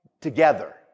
together